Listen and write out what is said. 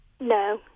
No